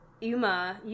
Yuma